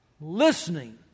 listening